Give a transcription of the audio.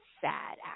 sad